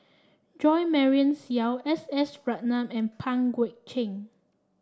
Jo Marion Seow S S Ratnam and Pang Guek Cheng